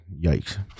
yikes